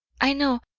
i know,